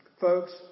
Folks